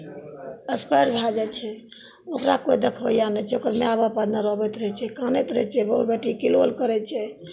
असकर भए जाइ छै दूसरा कोइ देखैबैआ नहि छै ओकर माय बाप नहि आबैत रहै छै कानैत रहै छै बहु बेटी किलोल करै छै